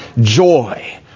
joy